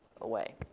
away